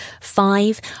five